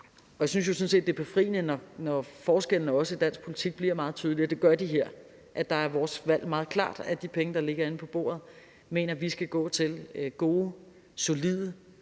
og jeg synes sådan set, det er befriende, når forskellene i dansk politik bliver meget tydelige, og det gør de her. Her er vores valg meget klart, nemlig at de penge, der ligger inde på bordet, mener vi skal gå til gode, solide